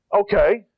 okay